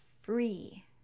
free